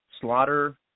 Slaughter